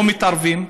לא מתערבים.